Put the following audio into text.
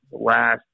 last